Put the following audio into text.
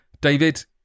David